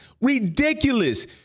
ridiculous